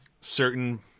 certain